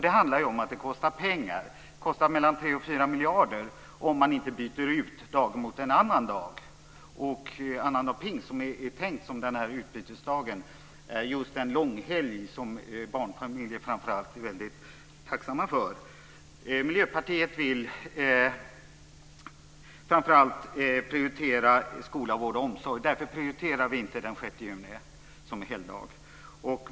Det handlar om att det kostar pengar. Det kostar mellan 3 och 4 miljarder om man inte byter ut dagen mot en annan dag. Annandag pingst är tänkt som utbytesdag, och den ingår i en långhelg som framför allt barnfamiljer är väldigt tacksamma för. Miljöpartiet vill framför allt prioritera skola, vård och omsorg. Därför prioriterar vi inte den 6 juni som helgdag.